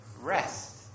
rest